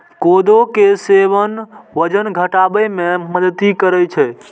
कोदो के सेवन वजन घटाबै मे मदति करै छै